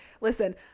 Listen